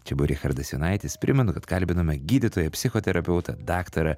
čia buvo richardas jonaitis primenu kad kalbinome gydytoją psichoterapeutą daktarą